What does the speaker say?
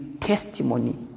testimony